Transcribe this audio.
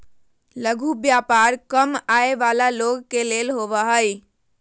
लघु व्यापार कम आय वला लोग के लिए होबो हइ